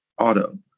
auto